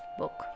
book